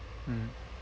mm